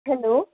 hello